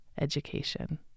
education